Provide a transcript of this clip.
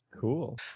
Cool